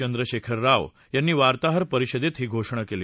चंद्रशेखर राव यांनी वार्ताहर परिषदेत ही घोषणा केली